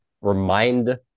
remind